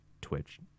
Twitch